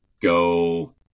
go